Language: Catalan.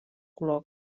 color